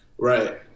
Right